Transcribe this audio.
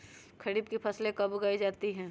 खरीफ की फसल कब उगाई जाती है?